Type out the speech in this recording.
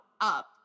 up